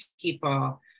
people